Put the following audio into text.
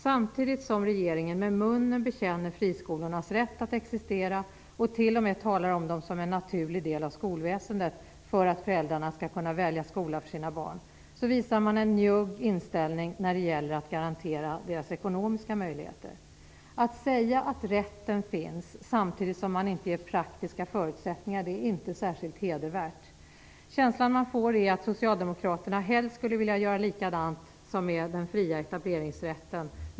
Samtidigt som regeringen med munnen bekänner friskolornas rätt att existera och t.o.m. talar om dem som en naturlig del av skolväsendet för att föräldrarna skall kunna välja skola för sina barn visar man en njugg inställning när det gäller att garantera deras ekonomiska möjligheter. Att säga att rätten finns samtidigt som man inte ger praktiska förutsättningar är inte särskilt hedervärt. Känslan man får är att Socialdemokraterna helst skulle vilja göra likadant med barnomsorgen som med den fria etableringsrätten.